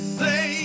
say